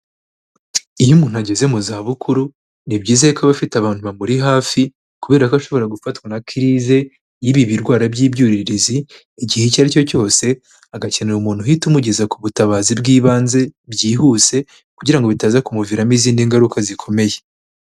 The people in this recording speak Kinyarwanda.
Iyo umuntu ageze mu zabukuru, ni byiza ko aba afite abantu bamuri hafi kubera ko ashobora gufatwa na kirize y'ibi birwara by'ibyuririzi, igihe icyo ari cyo cyose, agakenera umuntu uhita umugeza ku butabazi bw'ibanze byihuse kugira ngo bitaza kumuviramo izindi ngaruka zikomeye.